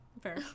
Fair